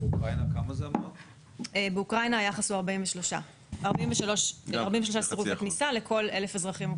ובאוקראינה יחס הסירוב היה 43 לכל 1,000 אזרחים.